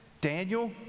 Daniel